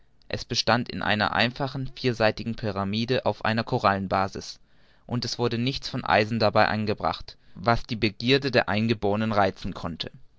es bestand in einer einfachen vierseitigen pyramide auf einer korallenbasis und es wurde nichts von eisen dabei angebracht was die begierde der eingeborenen reizen konnte